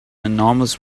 enormous